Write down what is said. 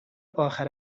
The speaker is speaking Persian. اخر